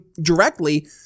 directly